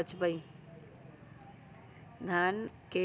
पेड़ के कीड़ा से कैसे बचबई?